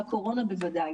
בקורונה בוודאי.